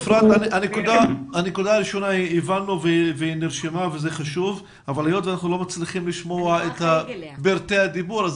אפרת, סליחה, לא הצלחנו לשמוע טוב.